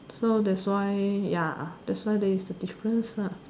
so that's why ya that's why ya there is a difference